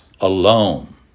alone